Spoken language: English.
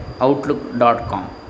outlook.com